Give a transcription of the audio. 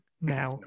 now